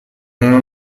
non